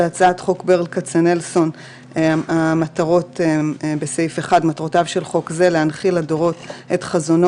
בהצעת חוק ברל כצנלסון בסעיף 1: 1. "מטרותיו של חוק זה להנחיל לדורות את חזונו,